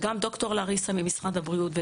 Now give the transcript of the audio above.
ד"ר לריסה ממשרד הבריאות,